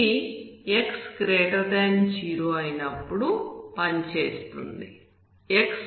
ఇది x0 అయినప్పుడు పనిచేస్తుంది